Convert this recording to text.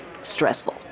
stressful